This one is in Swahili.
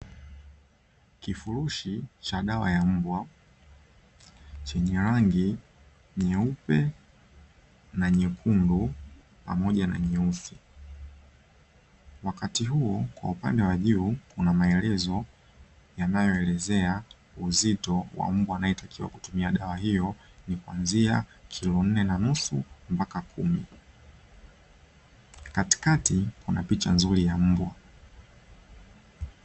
Kifurushi cha dawa ya mbwa chenye rangi nyeupe na nyekundu pamoja na nyeusi. Wakati huo kwa upande wa juu, kuna maelezo yanayoelezea uzito wa mbwa anayetakiwa kutumia dawa hiyo ni kuanzia kilo nne na nusu mpaka kumi. Katikati kuna picha nzuri ya mbwa.